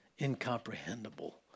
incomprehensible